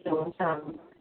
हुन्छ